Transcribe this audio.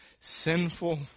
sinful